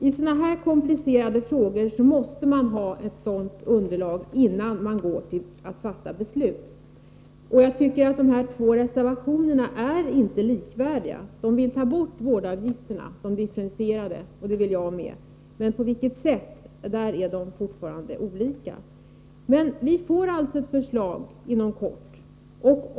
I sådana här komplicerade frågor måste man ha ett underlag innan man fattar beslut. De två reservationerna är inte likvärdiga. I båda vill man ta bort de differentierade vårdavgifterna, och det vill jag med. Men i fråga om på vilket sätt detta skall ske skiljer de sig. Vi får alltså ett förslag inom kort.